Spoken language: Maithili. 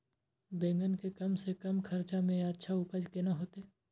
बेंगन के कम से कम खर्चा में अच्छा उपज केना होते?